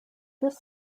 this